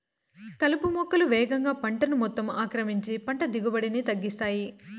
కలుపు మొక్కలు వేగంగా పంట మొత్తం ఆక్రమించి పంట దిగుబడిని తగ్గిస్తాయి